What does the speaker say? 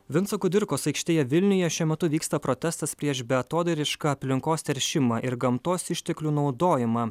vinco kudirkos aikštėje vilniuje šiuo metu vyksta protestas prieš beatodairišką aplinkos teršimą ir gamtos išteklių naudojimą